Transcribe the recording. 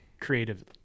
creative